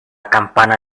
campana